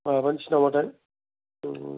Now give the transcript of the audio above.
मबानोसै नामाथाय